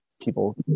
people